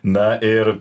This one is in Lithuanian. na ir